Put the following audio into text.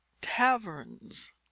taverns